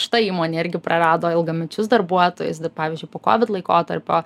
šita įmonė irgi prarado ilgamečius darbuotojus pavyzdžiui po kovid laikotarpio